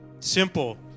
simple